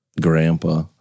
grandpa